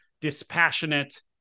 dispassionate